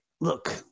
look